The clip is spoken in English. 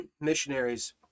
missionaries